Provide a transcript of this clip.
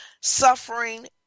Suffering